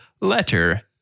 letter